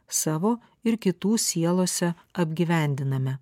savo ir kitų sielose apgyvendiname